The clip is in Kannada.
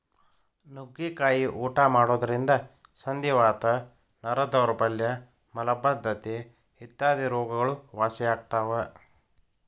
ನುಗ್ಗಿಕಾಯಿ ಊಟ ಮಾಡೋದ್ರಿಂದ ಸಂಧಿವಾತ, ನರ ದೌರ್ಬಲ್ಯ ಮಲಬದ್ದತೆ ಇತ್ಯಾದಿ ರೋಗಗಳು ವಾಸಿಯಾಗ್ತಾವ